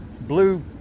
Blue